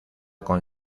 con